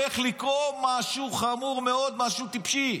שהולך לקרות משהו חמור מאוד, משהו טיפשי.